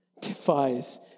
defies